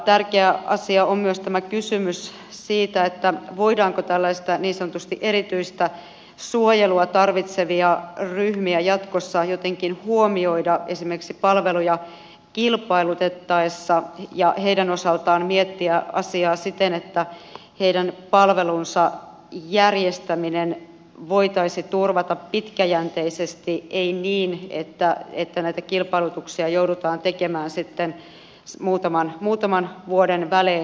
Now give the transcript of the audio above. tärkeä asia on myös tämä kysymys siitä voidaanko tällaisia niin sanotusti erityistä suojelua tarvitsevia ryhmiä jatkossa jotenkin huomioida esimerkiksi palveluja kilpailutettaessa ja heidän osaltaan miettiä asiaa siten että heidän palvelunsa järjestäminen voitaisiin turvata pitkäjänteisesti ei niin että näitä kilpailutuksia joudutaan tekemään sitten muutaman vuoden välein